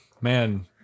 man